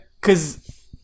Cause